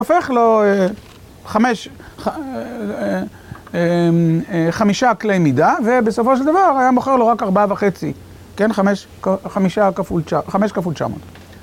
הופך לו חמישה כלי מידה ובסופו של דבר היה מוכר לו רק ארבעה וחצי, כן? חמישה כפול תשע, חמש כפול תשע מאות.